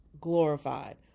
glorified